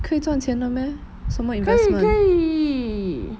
可以可以